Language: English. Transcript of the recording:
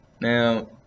Now